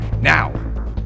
Now